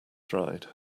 dried